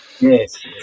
Yes